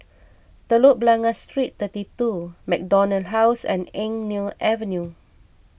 Telok Blangah Street thirty two MacDonald House and Eng Neo Avenue